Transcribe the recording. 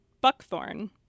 buckthorn